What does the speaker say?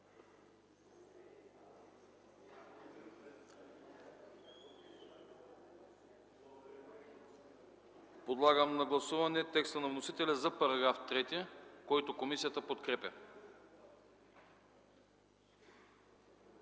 подлагам на гласуване текста на вносителя за § 3, който комисията подкрепя.